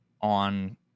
on